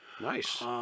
Nice